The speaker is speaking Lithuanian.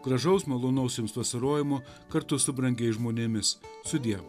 gražaus malonaus jums vasarojimo kartu su brangiais žmonėmis sudie